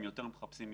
הם יותר מחפשים יכולות.